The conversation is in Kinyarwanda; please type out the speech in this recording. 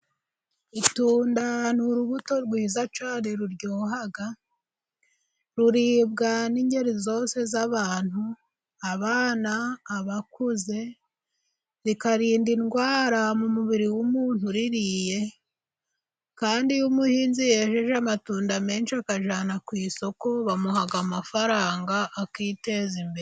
Itunda ni urubuto rwiza cyane ruryoha. Ruribwa n'ingeri zose z'abantu: Abana, abakuze, rikarinda indwara mu mubiri w'umuntu uririye. Kandi iyo umuhinzi yejeje amatunda menshi akajyana ku isoko bamuha amafaranga akiteza imbere.